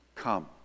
come